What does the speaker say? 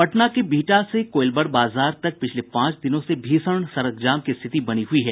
पटना के बिहटा से कोईलवर बाजार तक पिछले पांच दिनों से भीषण सड़क जाम की स्थिति बनी हुई है